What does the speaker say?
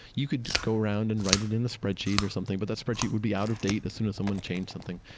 you could go around and write it in a spreadsheet or something, but that spreadsheet would be out of date as soon as someone changed something.